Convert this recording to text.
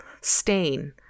stain